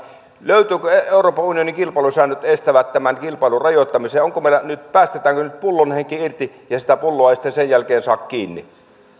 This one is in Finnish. löytyvätkö euroopan unionin kilpailusäännöt jotka estävät tämän kilpailun rajoittamisen päästetäänkö nyt pullonhenki irti ja niin että sitä pulloa ei sitten sen jälkeen saa kiinni